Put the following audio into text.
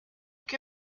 que